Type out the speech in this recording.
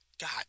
God